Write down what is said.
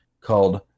called